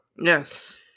Yes